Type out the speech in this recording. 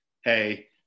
Hey